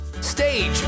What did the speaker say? stage